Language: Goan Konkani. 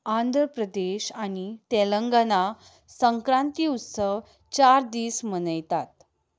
आंध्र प्रदेश आनी तेलंगना संक्रांती उस्सव चार दीस मनयतात